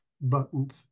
buttons